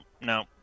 no